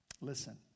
Listen